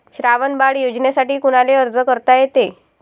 श्रावण बाळ योजनेसाठी कुनाले अर्ज करता येते?